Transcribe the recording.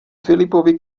filipovi